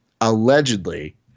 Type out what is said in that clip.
Allegedly